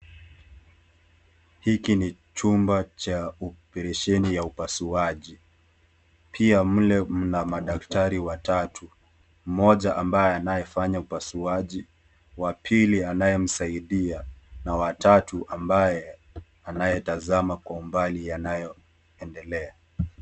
Hiki ni chumba cha operesheni ya upasuaji, pia mle mnamadaktari watatu, mmoja ambaye anayefanya upasuaji, wapili anaye msaidia na watatu ambaye anaye tazama kwa umbali yanayo endelea.